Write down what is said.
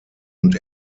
und